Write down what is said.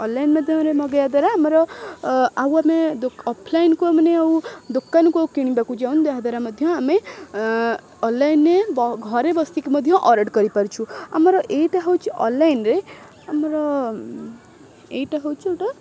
online ମାଧ୍ୟମରେ ମଗାଇବା ଦ୍ୱାରା ଆମର ଆଉ ଆମେ ଅଫଲାଇନ୍କୁ ମାନେ ଆଉ ଦୋକାନକୁ ଆଉ କିଣିବାକୁ ଯାଉନୁ ଯାହାଦ୍ୱାରା ମଧ୍ୟ ଆମେ ଅଲଲାଇନ୍ରେ ଘରେ ବସିକି ମଧ୍ୟ ଅର୍ଡ଼ର୍ କରିପାରୁଛୁ ଆମର ଏଇଟା ହେଉଛି ଅନଲାଇନ୍ରେ ଆମର ଏଇଟା ହେଉଛି ଗୋଟେ